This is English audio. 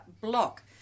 block